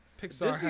Pixar